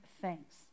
thanks